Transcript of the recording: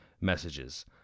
messages